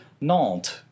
Nantes